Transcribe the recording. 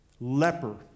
leper